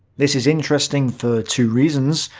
this is interesting for two reasons.